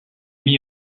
mis